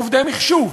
עובדי מחשוב.